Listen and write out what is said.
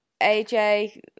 AJ